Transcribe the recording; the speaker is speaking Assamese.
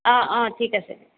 অঁ অঁ ঠিক আছে